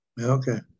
Okay